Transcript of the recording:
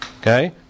Okay